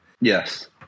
Yes